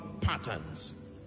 patterns